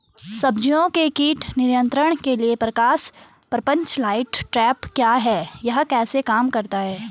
सब्जियों के कीट नियंत्रण के लिए प्रकाश प्रपंच लाइट ट्रैप क्या है यह कैसे काम करता है?